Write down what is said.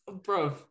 Bro